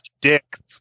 dicks